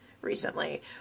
recently